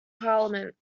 parliament